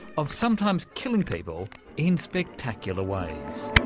of sometimes killing people in spectacular ways.